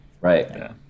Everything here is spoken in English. Right